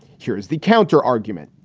here's the counter argument.